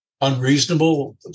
unreasonable